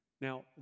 Now